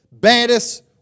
baddest